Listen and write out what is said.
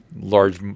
large